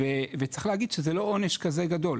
וצריך להגיד שזה לא עונש כזה גדול.